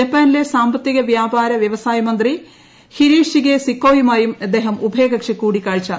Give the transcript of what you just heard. ജപ്പാനിലെ സാമ്പത്തിക വ്യാപാര വൃവസായ മന്ത്രി ഹിരേഷിഗേ സീക്കോയുമായും അദ്ദേഹം ഉഭയകക്ഷി കൂടിക്കാഴ്ച നടത്തി